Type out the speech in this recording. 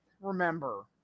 remember